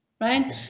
right